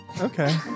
Okay